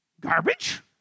Garbage